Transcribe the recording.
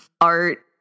art